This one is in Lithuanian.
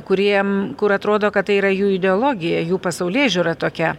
kuriem kur atrodo kad tai yra jų ideologija jų pasaulėžiūra tokia